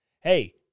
Hey